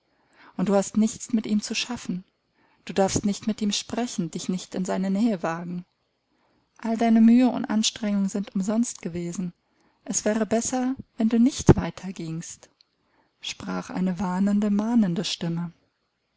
und du hast nichts mit ihm zu schaffen du darfst nicht mit ihm sprechen dich nicht in seine nähe wagen all deine mühe und anstrengung sind umsonst gewesen es wäre besser wenn du nicht weitergingst sprach eine warnende mahnende stimme